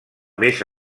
més